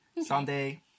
Sunday